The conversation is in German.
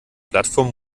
plattform